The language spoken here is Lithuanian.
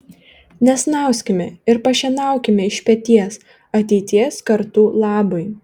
nesnauskime ir pašienaukime iš peties ateities kartų labui